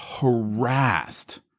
harassed